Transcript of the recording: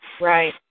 right